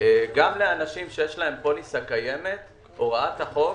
גם לאנשים שיש להם פוליסה קיימת הוראת החוק